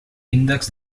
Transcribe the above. índex